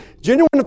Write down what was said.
genuine